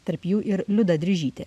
tarp jų ir liuda drižytė